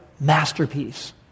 masterpiece